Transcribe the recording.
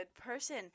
person